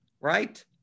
right